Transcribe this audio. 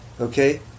Okay